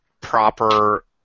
proper